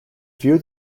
view